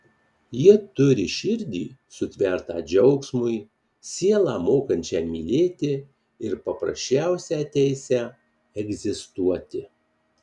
jie turi širdį sutvertą džiaugsmui sielą mokančią mylėti ir paprasčiausią teisę egzistuoti